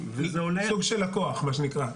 וזה עולה --- סוג של לקוח מה שנקרא,